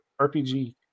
RPG